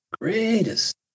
greatest